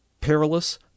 perilous